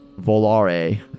Volare